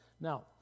Now